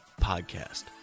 podcast